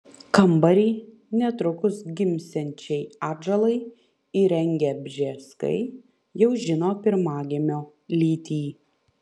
kambarį netrukus gimsiančiai atžalai įrengę bžeskai jau žino pirmagimio lytį